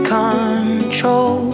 control